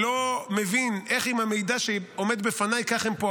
ועם המידע שעומד בפניי אני לא מבין איך כך הם פועלים,